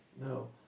No